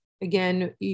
again